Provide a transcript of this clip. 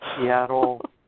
Seattle